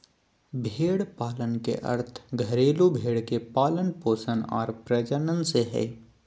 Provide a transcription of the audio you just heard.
भेड़ पालन के अर्थ घरेलू भेड़ के पालन पोषण आर प्रजनन से हइ